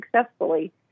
successfully